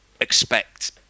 expect